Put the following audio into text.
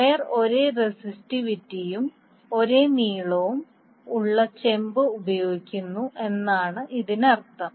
wire ഒരേ റെസിസ്റ്റീവിറ്റിയും ഒരേ നീളവും ഉള്ള ചെമ്പ് ഉപയോഗിക്കുന്നു എന്നാണ് ഇതിനർത്ഥം